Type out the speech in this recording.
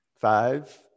Five